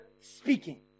speaking